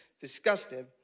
disgusting